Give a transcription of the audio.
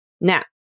Now